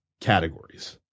categories